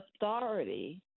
authority